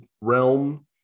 realm